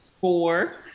four